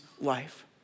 life